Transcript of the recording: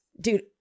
Dude